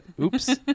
Oops